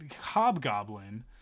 hobgoblin